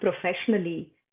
professionally